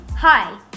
Hi